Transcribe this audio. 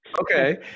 Okay